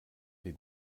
den